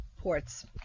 ports